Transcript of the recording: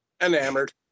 enamored